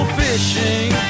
fishing